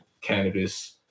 Cannabis